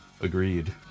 agreed